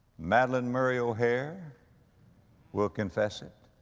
madeline murray o'hare will confess it,